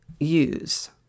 use